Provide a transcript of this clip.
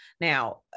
Now